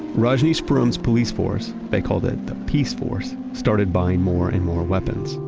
rajneeshpuram's police force, they called it the peace force, started buying more and more weapons.